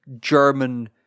German